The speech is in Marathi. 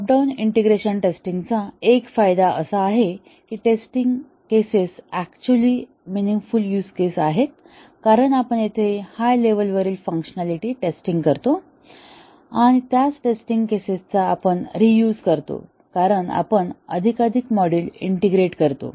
टॉप डाउन इंटिग्रेशन टेस्टिंगचा एक फायदा असा आहे की testing cases actually meaningful use case आहेत कारण आपण येथे हाय लेव्हलवरील फंकशनॅलिटी टेस्टिंग करत आहोत आणि त्याच टेस्टिंग केसेस चा आपण रियूझ करतो कारण आपण अधिकाधिक मॉड्यूल इंटिग्रेट करतो